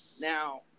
Now